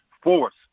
force